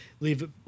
leave